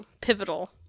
pivotal